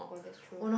for next true